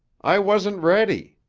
i wasn't ready.